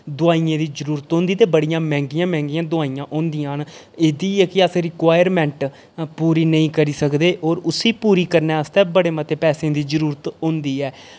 दोआइयें दी जरुरत होंदी ते बड़ियां मैंह्गियां मैंह्गियां दोआइयां होंदियां न एह्दी जेह्की असें रिक्वाइरमैंट पूरी नेईं करी सकदे और उस्सी पूरी करने आस्तै बड़े मते पैसें दी जरुरत होंदी ऐ